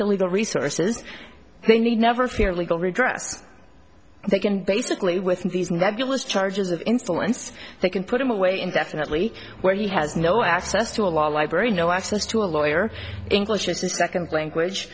to legal resources they need never fear legal redress they can basically with these nebulous charges of insolence they can put him away indefinitely where he has no access to a law library no access to a lawyer english is a second language